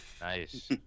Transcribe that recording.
Nice